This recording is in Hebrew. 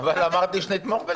אמרתי שנתמוך בזה.